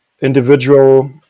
individual